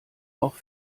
auch